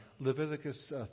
Leviticus